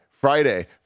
Friday